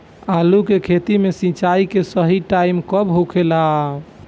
आलू के खेती मे सिंचाई के सही टाइम कब होखे ला?